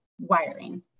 wiring